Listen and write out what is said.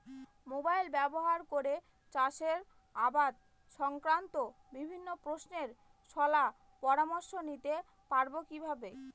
Mobile ব্যাবহার করে চাষের আবাদ সংক্রান্ত বিভিন্ন প্রশ্নের শলা পরামর্শ নিতে পারবো কিভাবে?